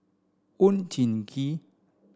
Oon Jin Gee